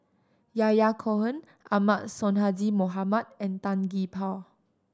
Yahya Cohen Ahmad Sonhadji Mohamad and Tan Gee Paw